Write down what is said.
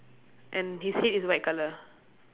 and his head is white colour